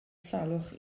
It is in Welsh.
salwch